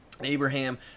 abraham